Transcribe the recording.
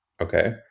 Okay